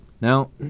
Now